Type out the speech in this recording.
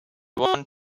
want